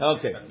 Okay